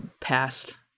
past